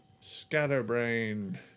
scatterbrain